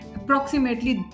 approximately